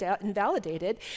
invalidated